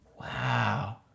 Wow